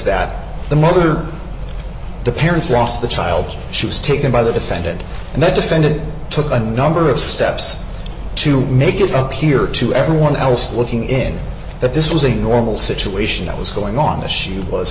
that the mother the parents ross the child she was taken by the defendant and the defendant took a number of steps to make it appear to everyone else looking in that this was a normal situation that was going on the she was